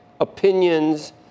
opinions